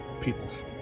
people's